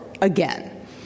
again